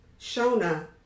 Shona